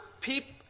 people